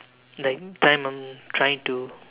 like time I'm trying to